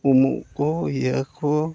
ᱩᱢᱩᱜ ᱠᱚ ᱤᱭᱟᱹ ᱠᱚ